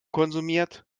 konsumiert